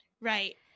Right